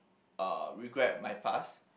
uh regret my past